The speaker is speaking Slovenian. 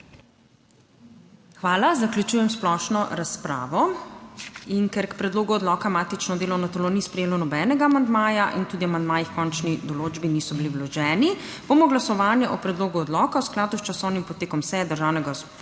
Hvala. Zaključujem splošno razpravo. In ker k predlogu odloka matično delovno telo ni sprejelo nobenega amandmaja in tudi amandmaji h končni določbi niso bili vloženi, bomo glasovanje o predlogu odloka v skladu s časovnim potekom seje Državnega zbora